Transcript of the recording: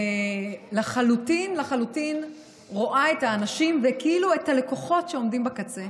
ולחלוטין לחלוטין רואה את האנשים וכאילו את הלקוחות שעומדים בקצה.